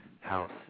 house